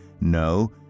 No